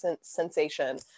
sensation